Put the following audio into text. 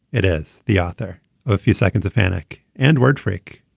it is the author of a few seconds of panic and word freak.